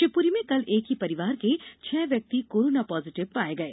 शिवपुरी में कल एक ही परिवार के छह व्यक्ति कोरोना पॉजिटिव पाए गए